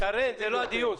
זה לא הדיון.